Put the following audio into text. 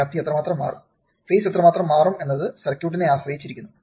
വ്യാപ്തി എത്രമാത്രം മാറും ഫേസ് എത്രമാത്രം മാറും എന്നത് സർക്യൂട്ടിനെ ആശ്രയിച്ചിരിക്കുന്നു